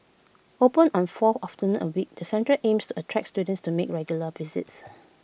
open on four afternoons A week the centre aims to attract students to make regular visits